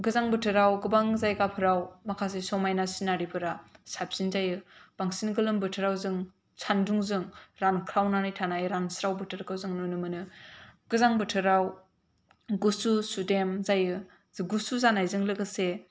गोजां बोथोराव गोबां जायगाफ्राव माखासे समायना सिनारिफोरा साबसिन जायो बांसिन गोलोम बोथोराव जों सानदुंजों रानख्रावनानै थानाय रानस्राव बोथोरखौ जोङो नुनो मोनो गोजां बोथोराव गुसु सुदेम जायो गुसु जानायजों लोगोसे